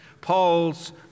Paul's